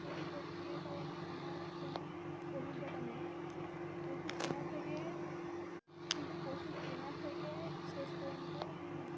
পশু প্রক্রিয়াকরণে আমার কোনো অভিজ্ঞতা নেই পশু কেনা থেকে কিন্তু পশু কেনা থেকে শেষ পর্যন্ত আমি